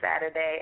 Saturday